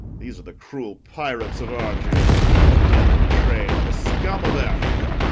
these are the cruel pirates of argier, that damned train, the scum of africa,